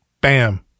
Bam